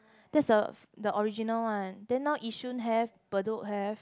that's the the original one then now yishun have bedok have